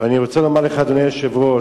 ואני רוצה לומר לך, אדוני היושב-ראש,